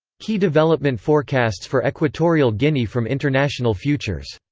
key development forecasts for equatorial guinea from international futures.